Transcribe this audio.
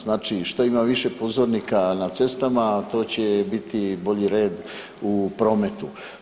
Znači što ima više pozornika na cestama to će biti bolji red u prometu.